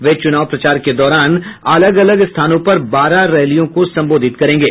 वे चुनाव प्रचार के दौरान अलग अलग स्थानों पर बारह रैलियों को संबोधित करेंगे